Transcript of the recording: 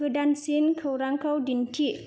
गोदानसिन खौरांखौ दिन्थि